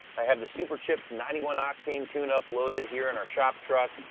i have the superchips ninety one octane tune-up loaded here in our shop truck.